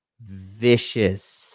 vicious